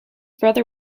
brother